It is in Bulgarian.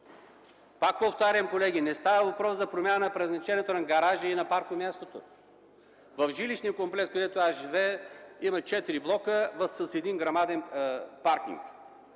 Пак повтарям, колеги, не става въпрос за промяна на предназначението на гаража и на паркомястото. В жилищния комплекс, където аз живея, има четири блока с един грамаден паркинг,